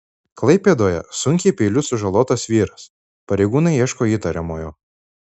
klaipėdoje sunkiai peiliu sužalotas vyras pareigūnai ieško įtariamojo